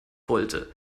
wollte